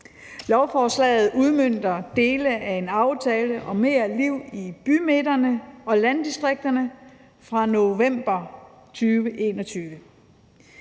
Lovforslaget udmønter dele af en aftale om mere liv i bymidterne og landdistrikterne fra november 2021.